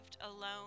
alone